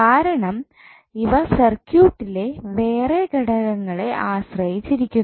കാരണം ഇവ സർക്യൂട്ടിലെ വേറെ ഘടകങ്ങളെ ആശ്രയിച്ചിരിക്കുന്നു